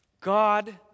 God